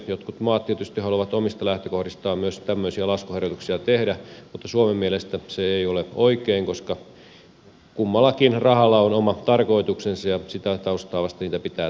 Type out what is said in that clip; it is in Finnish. jotkut maat tietysti haluavat omista lähtökohdistaan myös tämmöisiä laskuharjoituksia tehdä mutta suomen mielestä se ei ole oikein koska kummallakin rahalla on oma tarkoituksensa ja sitä taustaa vasten niitä pitää tarkastella